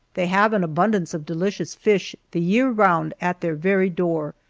they have an abundance of delicious fish the year round at their very door,